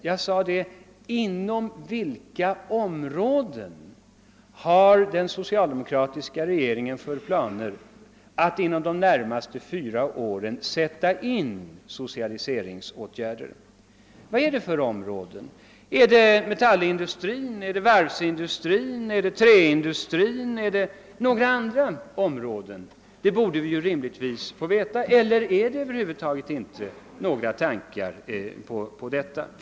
Jag frågade: Inom vilka områden har den socialdemokratiska regeringen planer på att inom de närmaste fyra åren sätta in socialiseringsåtgärder? Gäller det metallindustrin, varvsindustrin, träindustrin eller några andra områden? Det borde vi rimligtvis få veta. Eller finns det över huvud taget inte några planer i detta avseende?